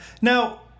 Now